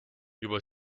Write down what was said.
juba